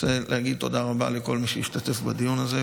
אני רוצה להגיד תודה רבה לכל מי שהשתתף בדיון הזה,